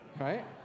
right